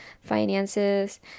finances